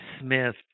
Smith